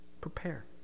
Prepare